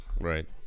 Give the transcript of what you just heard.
right